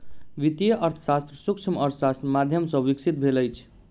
वित्तीय अर्थशास्त्र सूक्ष्म अर्थशास्त्रक माध्यम सॅ विकसित भेल अछि